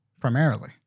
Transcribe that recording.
primarily